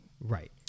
right